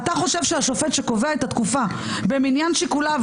אתה חושב שהשופט שקובע את התקופה במניין שיקוליו